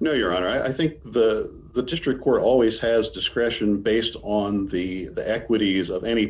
no your honor i think the district court always has discretion based on the equities of any